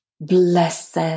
Blessed